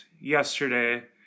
yesterday